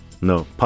no